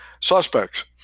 suspects